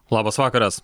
labas vakaras